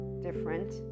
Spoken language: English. different